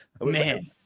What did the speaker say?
Man